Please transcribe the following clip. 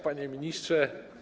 Panie Ministrze!